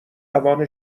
توان